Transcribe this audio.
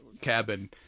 cabin